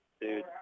dude